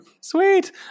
Sweet